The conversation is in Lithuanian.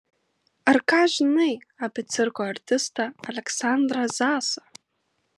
ar ką žinai apie cirko artistą aleksandrą zasą